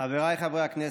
חבריי חברי הכנסת,